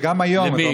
וגם היום אני אומר,